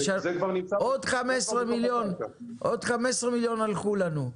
זה כבר נמצא --- עוד 15 מיליון הלכו לנו.